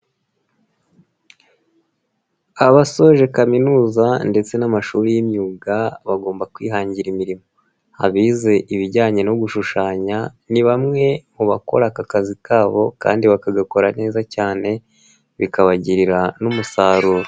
Abasoje kaminuza ndetse n'amashuri y'imyuga bagomba kwihangira imirimo, abize ibijyanye no gushushanya ni bamwe mu bakora aka kazi kabo kandi bakagakora neza cyane bikabagirira n'umusaruro.